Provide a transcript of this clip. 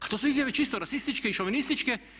A to su izjave čisto rasističke i šovinističke.